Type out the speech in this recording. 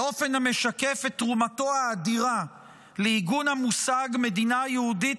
באופן המשקף את תרומתו האדירה לעיגון המושג מדינה יהודית